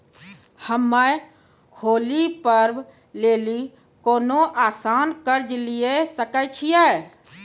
हम्मय होली पर्व लेली कोनो आसान कर्ज लिये सकय छियै?